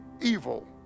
evil